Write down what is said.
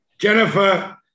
Jennifer